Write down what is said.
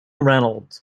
reynolds